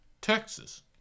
Texas